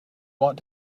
want